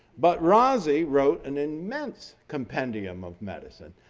but razi wrote an immense compendium of medicine,